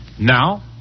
Now